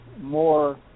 more